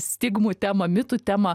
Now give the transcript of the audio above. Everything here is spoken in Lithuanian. stigmų temą mitų temą